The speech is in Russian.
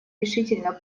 решительно